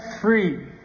free